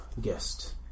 guest